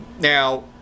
Now